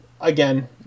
again